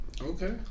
Okay